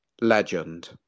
Legend